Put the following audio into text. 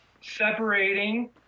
separating